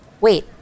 Wait